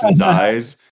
eyes